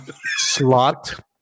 slot